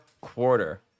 quarter